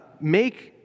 make